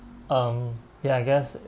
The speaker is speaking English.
um ya I guess